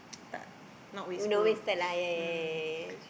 tak not wasteful mm